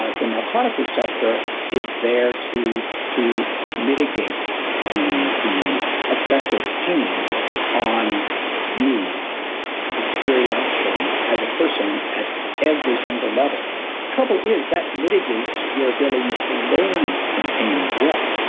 ah the narcotic receptor is there to to mitigate the the effect of pain on you experientially as a person at every single level trouble is, that mitigates your ability to learn from pain as well.